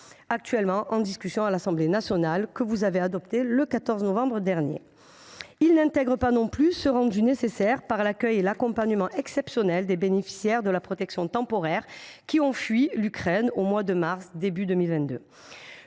est en cours de discussion à l’Assemblée nationale et que vous avez adopté le 14 novembre dernier. Il n’intègre pas non plus les crédits rendus nécessaires par l’accueil et l’accompagnement exceptionnels des bénéficiaires de la protection temporaire qui ont fui l’Ukraine au mois de mars 2022.